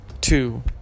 Two